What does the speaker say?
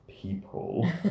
people